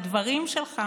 בדברים שלך